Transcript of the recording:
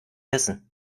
essen